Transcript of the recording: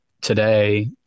today